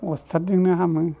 उस्ताडजोंनो हामो